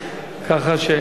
להיכנס.